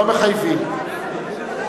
לא מחייבים.